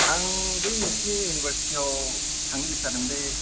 आं बे नोंसोरनि इउनिभारसिटियाव थांनो गोसो जादोंमोनलै